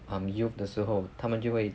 um youth 的时候他们就会